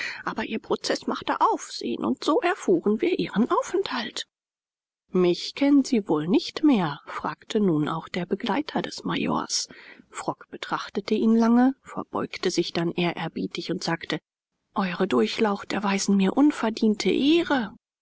aber ihr prozeß machte aufsehen und so erfuhren wir ihren aufenthalt mich kennen sie wohl nicht mehr fragte nun auch der begleiter des majors frock betrachtete ihn lange verbeugte sich dann ehrerbietig und sagte ew durchlaucht erweisen mir unverdiente ehre